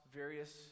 various